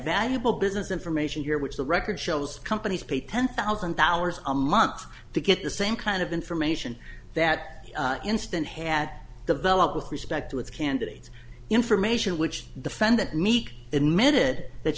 valuable business information here which the record shows companies pay ten thousand dollars a month to get the same kind of information that instant had developed with respect to with candidates information which defendant meek admitted that